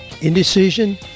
indecision